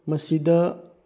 ꯃꯁꯤꯗ